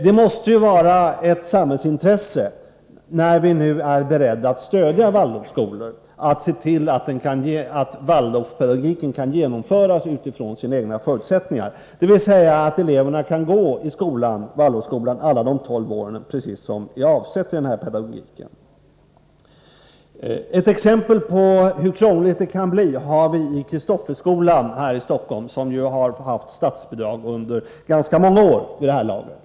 Det måste ju vara ett samhällsintresse, när vi nu är beredda att stödja Waldorfskolorna, att vi ser tillatt Waldorfpedagogiken kan genomföras utifrån sina egna förutsättningar — dvs. att eleverna kan gå i Waldorfskolan alla tolv åren, precis som den här pedagogiken avser. Kristofferskolan här i Stockholm är ett exempel på hur krångligt det kan bli. Kristofferskolan har fått statsbidrag i ganska många år vid det här laget.